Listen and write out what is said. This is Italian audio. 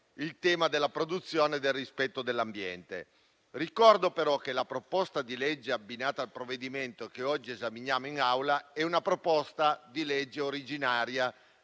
il tema della produzione e del rispetto dell'ambiente. Ricordo però che la proposta di legge abbinata al provvedimento che oggi esaminiamo in Aula è originariamente a firma